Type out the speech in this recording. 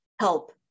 help